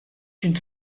une